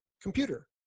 computer